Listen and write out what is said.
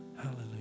Hallelujah